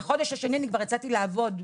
בחודש השני אני כבר יצאתי לעבוד.